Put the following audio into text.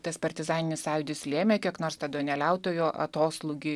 tas partizaninis sąjūdis lėmė kiek nors tą duoneliautojų atoslūgį